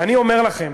ואני אומר לכם,